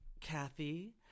Kathy